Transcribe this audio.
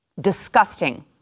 Disgusting